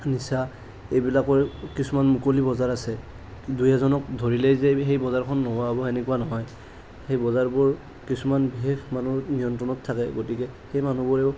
নিচা এইবিলাকৰ কিছুমান মুকলি বজাৰ আছে দুই এজনক ধৰিলেই যে সেই বজাৰখন নোহোৱা হ'ব সেনেকুৱা নহয় সেই বজাৰবোৰ কিছুমান বিশেষ মানুহৰ নিয়ন্ত্ৰণত থাকে গতিকে সেই মানুহবোৰেও